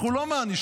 אנחנו לא מענישים.